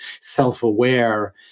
self-aware